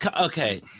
okay